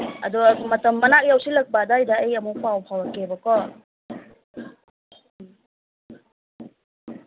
ꯑꯗꯣ ꯃꯇꯝ ꯃꯅꯥꯛ ꯌꯧꯁꯤꯜꯂꯛꯄ ꯑꯗꯨꯋꯥꯏꯗ ꯑꯩ ꯑꯃꯨꯛ ꯄꯥꯎ ꯐꯥꯎꯔꯛꯀꯦꯕ ꯀꯣ